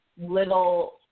little